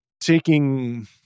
taking